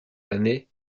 l’année